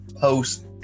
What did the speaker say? post